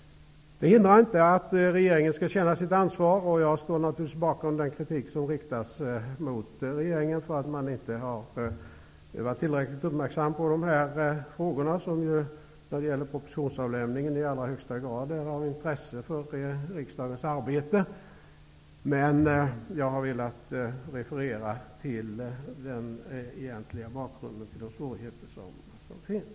Det hindrar inte att regeringen skall känna sitt ansvar. Jag står naturligtvis bakom den kritik som riktas mot regeringen för att den inte har varit tillräckligt uppmärksam på dessa frågor. De är i allra högsta grad av intresse för riksdagens arbete när det gäller propositionsavlämningen. Jag har velat referera till den egentliga bakgrunden till de svårigheter som finns.